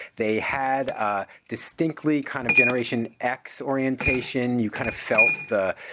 they had ah distinctly kind of generation x orientation. you kind of felt the